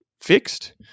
fixed